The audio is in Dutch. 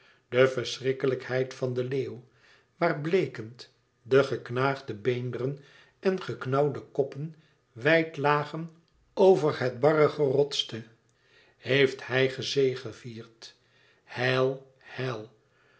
de verschrikkelijkheid van den leeuw waar bleekend de geknaagde beenderen en geknauwde koppen wijd lagen over het barre gerotste heeft hij gezegevierd heil heil